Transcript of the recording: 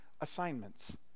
assignments